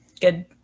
good